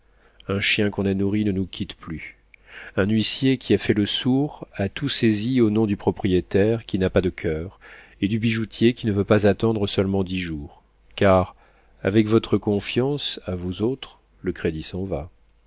un chien qu'on a nourri ne nous quitte plus un huissier qui a fait le sourd a tout saisi au nom du propriétaire qui n'a pas de coeur et du bijoutier qui ne veut pas attendre seulement dix jours car avec votre confiance à vous autres le crédit s'en va